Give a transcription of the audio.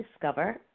discover